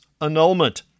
annulment